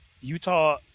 Utah –